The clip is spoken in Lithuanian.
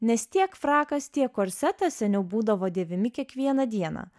nes tiek frakas tiek korsetas seniau būdavo dėvimi kiekvieną dieną